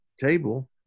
table